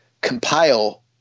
compile